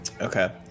okay